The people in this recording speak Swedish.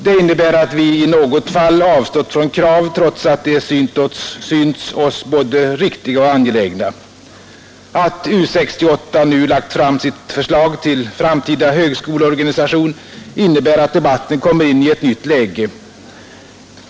Det innebär att vi i något fall avstått från krav, trots att de synts oss både riktiga och angelägna. Att U 68 nu lagt fram sitt förslag till framtida högskoleorganisation innebär att debatten kommer in i ett nytt läge.